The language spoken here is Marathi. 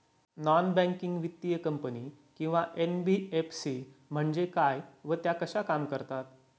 नॉन बँकिंग वित्तीय कंपनी किंवा एन.बी.एफ.सी म्हणजे काय व त्या कशा काम करतात?